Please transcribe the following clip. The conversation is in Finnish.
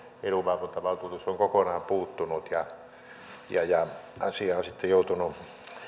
edunvalvontavaltuutus on kokonaan puuttunut ja ja asia on sitten joutunut